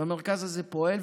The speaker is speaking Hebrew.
והמרכז הזה פועל,